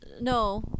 No